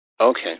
Okay